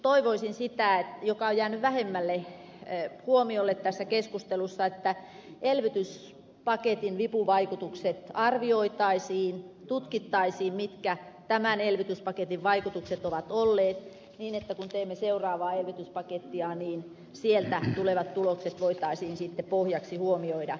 toivoisin sitä mikä on jäänyt vähemmälle huomiolle tässä keskustelussa että elvytyspaketin vipuvaikutukset arvioitaisiin tutkittaisiin mitkä tämän elvytyspaketin vaikutukset ovat olleet niin että kun teemme seuraavaa elvytyspakettia niin sieltä tulevat tulokset voitaisiin sitten pohjaksi huomioida